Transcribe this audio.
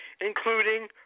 including